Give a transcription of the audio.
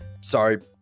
Sorry